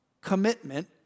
commitment